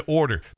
order